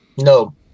No